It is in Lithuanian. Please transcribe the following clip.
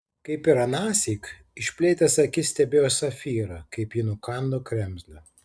kaip ir anąsyk išplėtęs akis stebėjo safyrą kaip ji nukando kremzlę